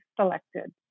selected